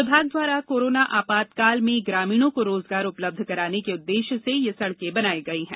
विभाग द्वारा कोरोना आपदा काल में ग्रामीणों को रोजगार उपलब्ध कराने के उदेश्य से ये सड़के बनायी गयी हैं